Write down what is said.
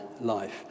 life